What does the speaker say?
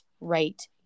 right